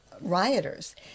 rioters